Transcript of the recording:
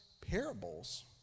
parables